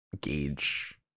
gauge